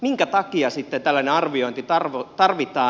minkä takia sitten tällainen arviointi tarvitaan